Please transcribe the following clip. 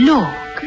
Look